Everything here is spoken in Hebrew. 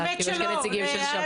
יש כאן נציגים של שב"ס.